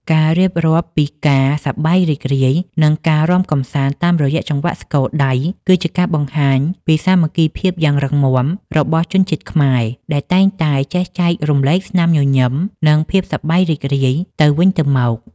ការរៀបរាប់ពីការសប្បាយរីករាយ និងការរាំកម្សាន្តតាមចង្វាក់ស្គរដៃ គឺជាការបង្ហាញពីសាមគ្គីភាពយ៉ាងរឹងមាំរបស់ជនជាតិខ្មែរ ដែលតែងតែចេះចែករំលែកស្នាមញញឹម និងភាពសប្បាយរីករាយទៅវិញទៅមក។